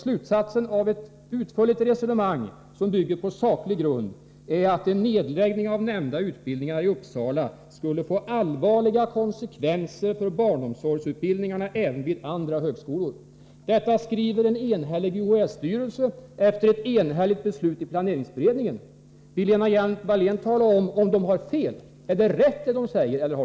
Slutsatsen av ett utförligt resonemang som bygger på saklig grund är att en nedläggning av nämnda utbildningar i Uppsala skulle få allvarliga konsekvenser för barnomsorgsutbildningarna även vid andra högskolor.” Detta skriver en enhällig UHÄ-styrelse efter ett enhälligt beslut i planeringsberedningen. Vill Lena Hjelm-Wallén tala om om de har fel eller rätt i vad de säger?